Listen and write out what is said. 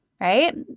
right